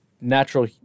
natural